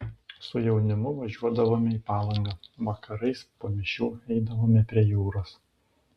su jaunimu važiuodavome į palangą vakarais po mišių eidavome prie jūros